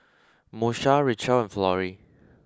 Moesha Richelle and Florie